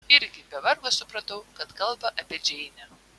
irgi be vargo supratau kad kalba apie džeinę